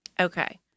Okay